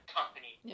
company